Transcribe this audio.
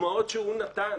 הדוגמאות שהוא נתן